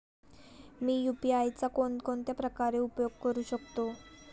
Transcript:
मी UPI चा कोणकोणत्या प्रकारे उपयोग करू शकतो?